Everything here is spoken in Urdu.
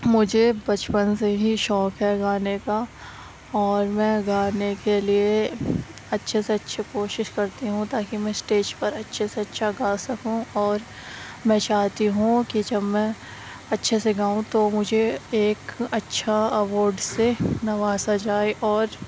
مجھے بچپن سے ہی شوق ہے گانے کا اور میں گانے کے لیے اچھے سے اچھے کوشش کرتی ہوں تاکہ میں اسٹیج پر اچھے سے اچھا گا سکوں اور میں چاہتی ہوں کہ جب میں اچھے سے گاؤں تو مجھے ایک اچھا ایوارڈ سے نوازا جائے اور